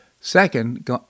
Second